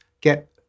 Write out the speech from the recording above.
get